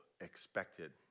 expected